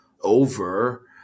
over